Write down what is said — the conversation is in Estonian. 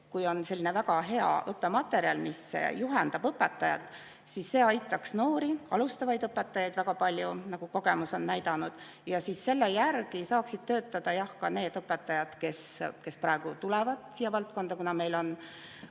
Kui on selline väga hea õppematerjal, mis juhendab õpetajat, siis see aitaks noori alustavaid õpetajaid väga palju, nagu kogemus on näidanud, ja selle järgi saaksid töötada ka need õpetajad, kes praegu tulevad siia valdkonda. Kuna meil on